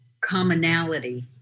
commonality